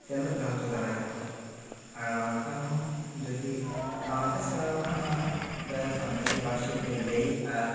ᱪᱮᱢᱮᱫ ᱦᱚᱪᱚ ᱫᱟᱲᱮᱭᱟᱠᱚᱣᱟ ᱟᱨ ᱵᱟᱝ ᱠᱷᱟᱱ ᱦᱚᱸ ᱡᱩᱫᱤ ᱵᱟᱝ ᱠᱚ ᱥᱮᱬᱟᱣ ᱠᱟᱜᱟ ᱨᱮᱦᱮᱸ ᱥᱟᱱᱛᱟᱲᱤ ᱯᱟᱹᱨᱥᱤ ᱛᱮ ᱞᱟᱹᱭ ᱟᱨ